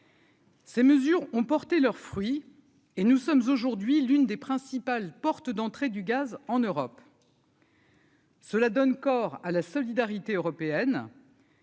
Ces mesures ont porté leurs fruits et nous sommes aujourd'hui l'une des principales portes d'entrée du gaz en Europe. Cela donne corps à la solidarité européenne.